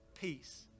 Peace